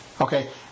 Okay